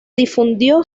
difundió